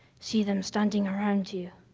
see them standing around you.